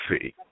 see